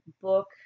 book